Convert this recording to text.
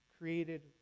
created